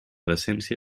decència